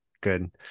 good